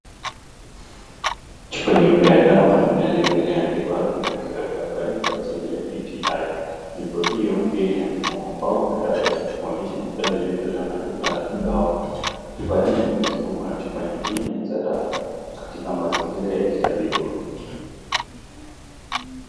Chupa nyeupe ya dawa yenye lebo iliyoandikwa vidonge vya cranberry kwa ajili ya UTI . Lebo hiyo pia ina msimamo pau na tarehe kuonyesha ni dawa iliyotolewa na duka la dawa. Chupa hii imezungukwa na chupa nyingine za dawa katika mazingira ya kitabibu.